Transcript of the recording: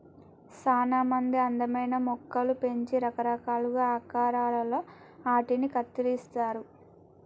సానా మంది అందమైన మొక్కలు పెంచి రకరకాలుగా ఆకారాలలో ఆటిని కత్తిరిస్తారు